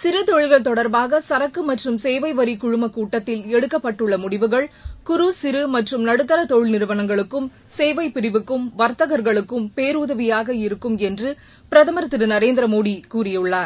சிறதொழில்கள் தொடர்பாக சரக்கு மற்றும் சேவை வரி குழுமக் கூட்டத்தில் எடுக்கப்பட்டுள்ள முடிவுகள் குறு சிறு மற்றும் நடுத்தர தொழில் நிறுவனங்களுக்கும் சேவைப்பிரிவுக்கும் வர்த்தகர்களுக்கும் பேருதவியாக இருக்கும் என்று பிரதமர் திரு நரேந்திர மோடி கூறியுள்ளார்